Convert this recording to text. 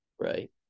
Right